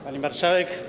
Pani Marszałek!